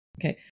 Okay